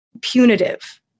punitive